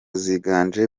ziganje